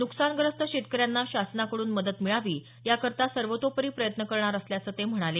नुकसानग्रस्त शेतकऱ्यांना शासनाकड्रन मदत मिळावी याकरता सर्वतोपरी प्रयत्न करणार असल्याचं ते म्हणाले